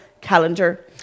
calendar